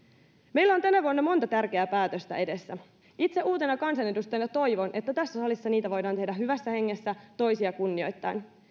meillä on tänä vuonna monta tärkeää päätöstä edessä itse uutena kansanedustajana toivon että tässä salissa niitä voidaan tehdä hyvässä hengessä toisia kunnioittaen